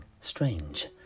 strange